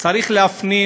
צריך להפנים,